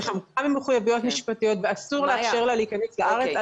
רחוקה ממחויבויות משפטיות ואסור לאפשר לה להיכנס לארץ.